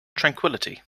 tranquillity